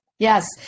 Yes